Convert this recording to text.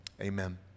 amen